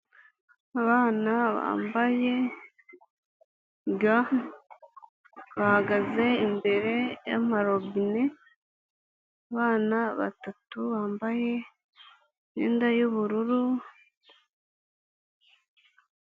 Abana bambaye ga, bahagaze imbere y'amarobine, abana batatu bambaye imyenda y'ubururu.